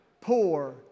poor